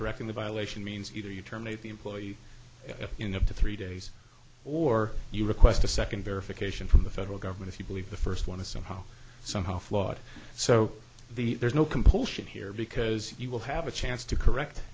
correcting the violation means either you terminate the employee in up to three days or you request a second verification from the federal government if you believe the first one is somehow somehow flawed so the there's no compulsion here because you will have a chance to correct